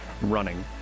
running